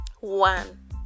One